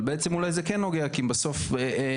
אבל בעצם אולי זה כן נוגע כי סוף כולנו